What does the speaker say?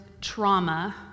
trauma